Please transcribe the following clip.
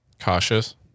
Cautious